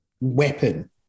Weapon